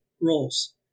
roles